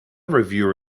reviewer